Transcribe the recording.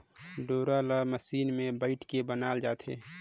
डोरा ल मसीन मे बइट के बनाल जाथे